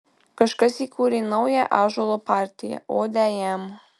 kažkas įkūrė naują ąžuolo partiją odę jam